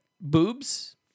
Boobs